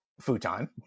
futon